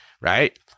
right